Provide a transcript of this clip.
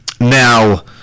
Now